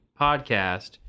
podcast